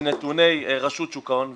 מנתוני רשות שוק ההון והביטוח,